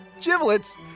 Giblets